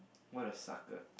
what a sucker